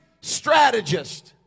strategist